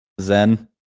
Zen